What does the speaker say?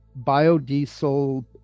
biodiesel